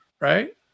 right